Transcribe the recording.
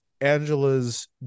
Angela's